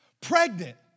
pregnant